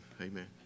Amen